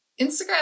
Instagram